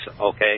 okay